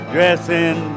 Dressing